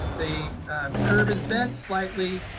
the curve is bent slightly.